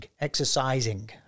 exercising